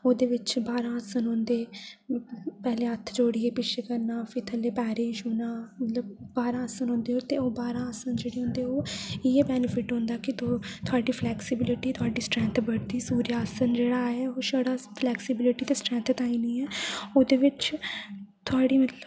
ओह्दे बिच बारां आसन होंदे पैह्लें हत्थ जोड़ियै पिच्छें करना फिर थ'ल्ले पैरे ई छूह्ना मतलब बारां आसन होंदे ते ओह् बारां आसन जेह्ड़े होंदे ओह् इ'यै बेनिफिट होंदा कि थुआढ़ी फ्लैक्सिबिलिटी स्ट्रैंथ बढ़दी सूर्या आसन जेह्ड़ा ऐ छड़ा फ्लैक्सिबिलिटी दे स्ट्रैंथ ताहीं निं ऐ ओह्दे बिच थोहड़ी मतलब